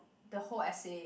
the whole essay